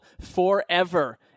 forever—